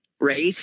Race